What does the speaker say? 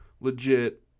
legit